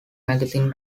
magazine